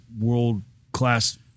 world-class